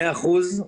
מאה אחוז,